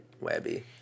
Webby